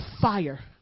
fire